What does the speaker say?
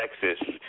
Texas